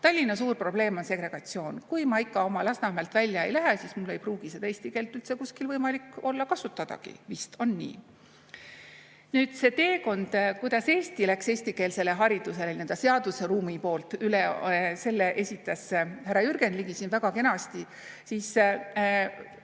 Tallinna suur probleem on segregatsioon. Kui ma ikka oma Lasnamäelt välja ei lähe, siis mul ei pruugi seda eesti keelt olla üldse võimalik kuskil kasutadagi, vist. On nii? Selle teekonna, kuidas Eesti läks eestikeelsele haridusele nii-öelda seadusruumi poolt üle, esitas härra Jürgen Ligi siin väga kenasti.